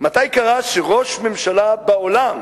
מתי קרה שראש ממשלה בעולם,